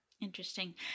Interesting